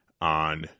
on